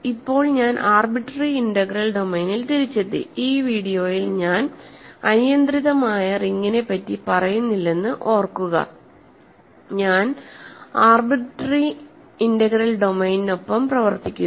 ഇപ്പോൾ ഞാൻ arbitrary integral ഡൊമെയ്നിൽ തിരിച്ചെത്തി ഈ വീഡിയോയിൽ ഞാൻ അനിയന്ത്രിതമായ റിംഗിനെ പറ്റി പറയുന്നില്ലെന്ന് ഓർക്കുക ഞാൻ ഒരു ആർബിട്രറി ഇന്റഗ്രൽ ഡൊമെയ്നിനൊപ്പം പ്രവർത്തിക്കുന്നു